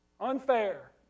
unfair